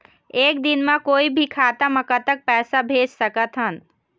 एक दिन म कोई भी खाता मा कतक पैसा भेज सकत हन?